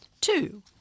Two